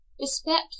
Respect